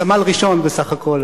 סמל ראשון בסך הכול,